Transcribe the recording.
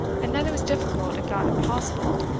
and that it was difficult, if not impossible,